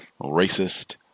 racist